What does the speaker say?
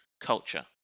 culture